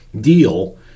deal